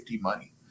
money